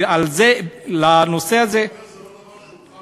כי לנושא הזה מה שאתה מדבר זה לא דבר שחל לפי החוק.